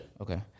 Okay